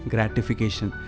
Gratification